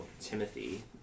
Timothy